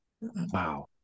Wow